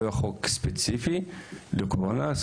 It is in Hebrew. לא חוק ספציפי לקורונה,